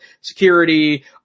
security